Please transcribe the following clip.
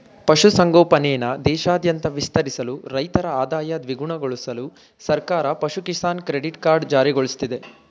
ಪಶು ಸಂಗೋಪನೆನ ದೇಶಾದ್ಯಂತ ವಿಸ್ತರಿಸಲು ರೈತರ ಆದಾಯ ದ್ವಿಗುಣಗೊಳ್ಸಲು ಸರ್ಕಾರ ಪಶು ಕಿಸಾನ್ ಕ್ರೆಡಿಟ್ ಕಾರ್ಡ್ ಜಾರಿಗೊಳ್ಸಿದೆ